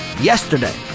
yesterday